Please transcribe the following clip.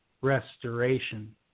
restoration